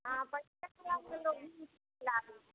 अहाँ पैसेसँ ला दय हय